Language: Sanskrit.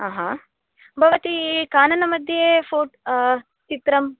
भवती काननमध्ये फ़ो चित्रं